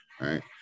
right